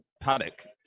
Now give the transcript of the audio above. paddock